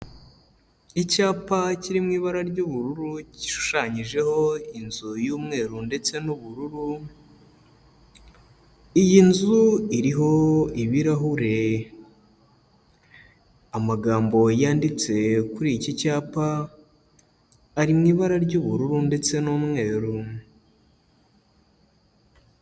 Icyapa kiri mu ibara ry'ubururu gishushanyijeho inzu y'umweru ndetse n'ubururu, iyi nzu iriho ibirahure, amagambo yanditse kuri iki cyapa ari mu ibara ry'ubururu ndetse n'umweru.